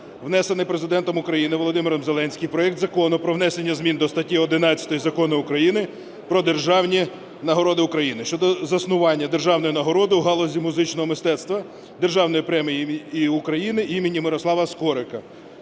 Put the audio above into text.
внесений Президентом України Володимиром Зеленським проект Закону про внесення зміни до статті 11 Закону України "Про державні нагороди України" щодо застування державної нагороди у галузі музичного мистецтва – Державної премії України імені Мирослава Скорика.